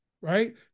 right